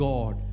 God